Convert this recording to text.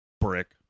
Brick